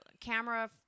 camera